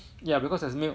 yeah because there's milk